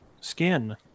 skin